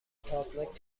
تابناک